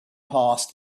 past